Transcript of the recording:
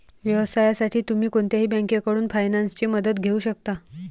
व्यवसायासाठी तुम्ही कोणत्याही बँकेकडून फायनान्सची मदत घेऊ शकता